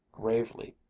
gravely,